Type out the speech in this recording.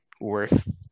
worth